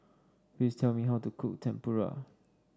please tell me how to cook Tempura